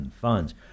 funds